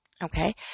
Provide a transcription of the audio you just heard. Okay